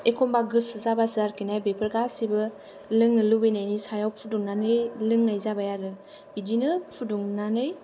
एखमब्ला गोसो जाब्लासो आरोखि ना बेफोर गासिबो लोंनो लुबैनायनि सायाव फुदुंनानै लोंनाय जाबाय आरो बिदिनो फुदुंनानै